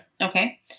Okay